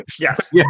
Yes